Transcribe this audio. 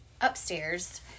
upstairs